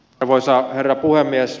arvoisa herra puhemies